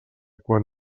quan